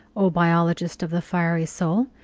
o biologist of the fiery soul!